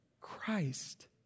Christ